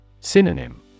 Synonym